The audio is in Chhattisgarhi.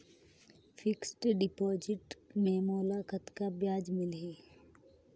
फिक्स्ड डिपॉजिट मे मोला कतका ब्याज मिलही?